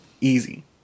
Easy